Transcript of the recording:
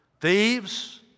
thieves